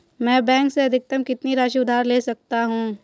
मैं बैंक से अधिकतम कितनी राशि उधार ले सकता हूँ?